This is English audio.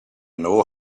know